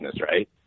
right